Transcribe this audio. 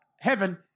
heaven